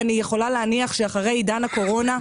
אני יכולה להניח שאחרי עידן הקורונה,